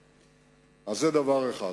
זה דבר אחד,